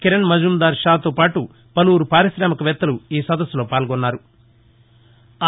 కిరణ్ మజుందార్ షా తో పాటు పలువురు పార్కామిక వేత్తలు ఈ సదస్సులో పాల్గొన్నారు